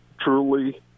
truly –